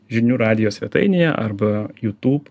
žinių radijo svetainėje arba jūtūb